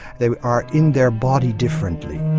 they are in their body differently.